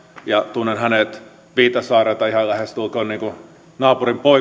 tunnen hänet viitasaarelta ihan lähestulkoon niin kuin naapurinpojasta